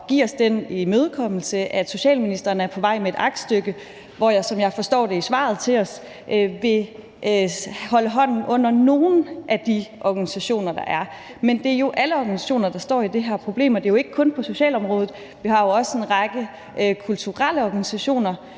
at give os den imødekommelse, at socialministeren er på vej med et aktstykke, hvoraf det vil fremgå, som jeg forstår det af svaret til os, at man vil holde hånden under nogle af de organisationer, der er. Men det er alle organisationer, der står med det her problem, og det er jo ikke kun på socialområdet. Vi har også en række kulturelle organisationer,